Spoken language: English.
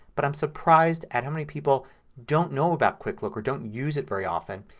but i'm surprised at how many people don't know about quick look or don't use it very often.